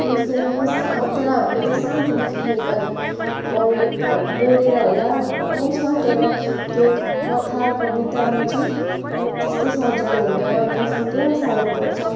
बुझ्दैन सा तर हामीले चाहिँ सानोदेखि नेपाली पढे प बोलेर होला आउँछ तर त्यो कथा कवितामा चाहिँ त्यस्तो सजिलो हुँदैन बुझ्नु पुरा साह्रो पर्छ